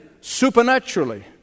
supernaturally